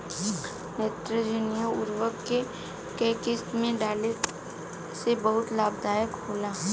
नेत्रजनीय उर्वरक के केय किस्त में डाले से बहुत लाभदायक होला?